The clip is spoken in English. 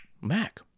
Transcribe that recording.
Mac